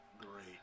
Great